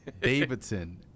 Davidson